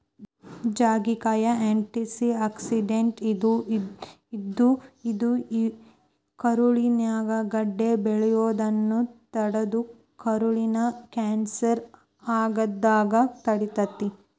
ಜಾಜಿಕಾಯಾಗ antioxidant ಇದ್ದು, ಇದು ಕರುಳಿನ್ಯಾಗ ಗಡ್ಡೆ ಬೆಳಿಯೋದನ್ನ ತಡದು ಕರುಳಿನ ಕ್ಯಾನ್ಸರ್ ಆಗದಂಗ ತಡಿತೇತಿ